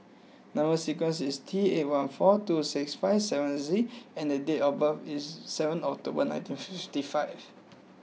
number sequence is T eight one four two six five seven Z and date of birth is seven October nineteen fifty five